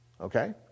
okay